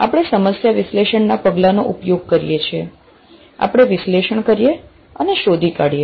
આપણે સમસ્યા વિશ્લેષણના પગલાનો ઉપયોગ કરીએ છીએ આપણે વિશ્લેષણ કરીએ અને શોધી કાઢીએ